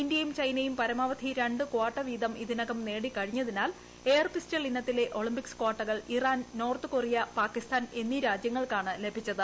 ഇന്ത്യയും ചൈനയും പരമാവധി രണ്ട് ക്വാട്ട വീതം ഇതിനകം നേടി കഴിഞ്ഞതിനാൽ എയർ പിസ്റ്റൾ ഇനത്തിലെ ഒളിമ്പിക്സ് കാട്ടകൾ ഇറാൻ നോർത്ത് കൊറിയ പാകിസ്ഥാൻ എന്നീ രാജ്യങ്ങൾക്കാണ് ലഭിച്ചത്